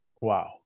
Wow